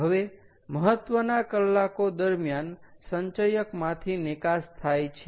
હવે મહત્વના કલાકો દરમ્યાન સંચયકમાંથી નિકાસ થાય છે